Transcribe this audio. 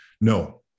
no